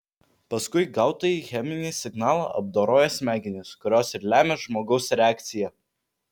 paskui gautąjį cheminį signalą apdoroja smegenys kurios ir lemia žmogaus reakciją